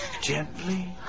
Gently